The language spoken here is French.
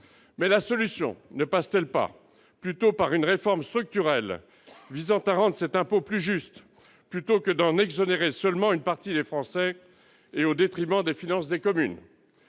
la solution n'est-elle pas plutôt d'assurer une réforme structurelle, visant à rendre cet impôt plus juste, plutôt que d'en exonérer seulement une partie des Français, au détriment des finances des communes ?